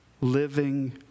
living